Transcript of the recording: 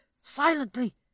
silently